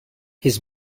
his